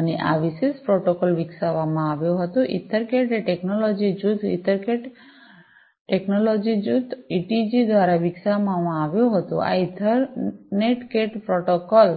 અને આ આ વિશિષ્ટ પ્રોટોકોલ વિકસાવવામાં આવ્યો હતો ઇથરકેટ એ ટેકનોલોજી જૂથ ઇથરકેટ ઇથરકેટ ટેકનોલોજી જૂથ ઇટીજી દ્વારા વિકસાવવામાં આવ્યો હતો આ આ ઇથરનેટકેટ પ્રોટોકોલ